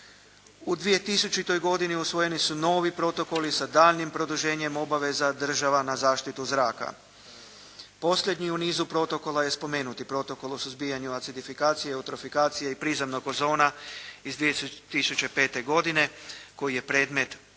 U 2000. godini usvojeni su novi protokoli sa daljnjim produženjem obaveza država na zaštitu zraka. Posljednji u nizu protokola je spomenuti Protokol o suzbijanju acidifikacije, eutrofikacije i prizemnog ozona iz 2005. godine koji je predmet ove